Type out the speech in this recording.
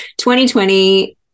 2020